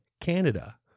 Canada